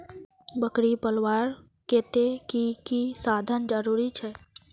बकरी पलवार केते की की साधन जरूरी छे?